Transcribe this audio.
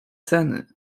ceny